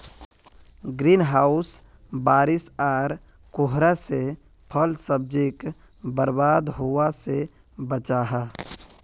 green house बारिश आर कोहरा से फल सब्जिक बर्बाद होवा से बचाहा